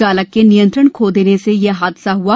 चालक के नियंत्रण खो देने से यह हादसा हुआ